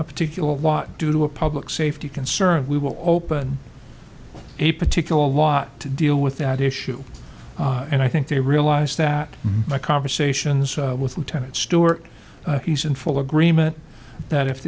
a particular walk due to a public safety concern we will open a particular a lot to deal with that issue and i think they realize that my conversations with lieutenant stewart he's in full agreement that if